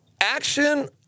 Action